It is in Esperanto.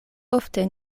ofte